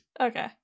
Okay